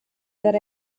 that